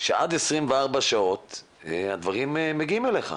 שעד 24 שעות הדברים מגיעים אליך.